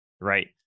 right